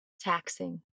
taxing